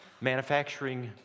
manufacturing